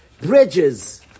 Bridges